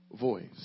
voice